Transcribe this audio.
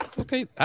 Okay